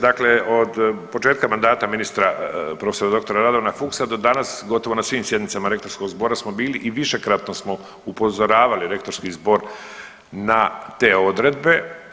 Dakle, od početka mandata ministra profesora doktora Radovana Fuchsa do danas gotovo na svim sjednicama Rektorskog zbora smo bili i višekratno smo upozoravali Rektorski zbor na te odredbe.